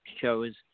shows